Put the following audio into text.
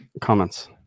comments